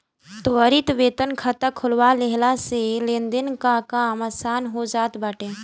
त्वरित वेतन खाता खोलवा लेहला से लेनदेन कअ काम आसान हो जात बाटे